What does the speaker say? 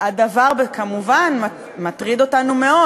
הדבר כמובן מטריד אותנו מאוד.